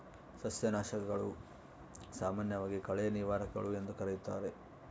ಸಸ್ಯನಾಶಕಗಳು, ಸಾಮಾನ್ಯವಾಗಿ ಕಳೆ ನಿವಾರಕಗಳು ಎಂದೂ ಕರೆಯುತ್ತಾರೆ